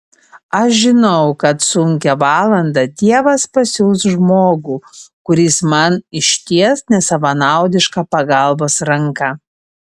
aš žinau kad sunkią valandą dievas pasiųs žmogų kuris man išties nesavanaudišką pagalbos ranką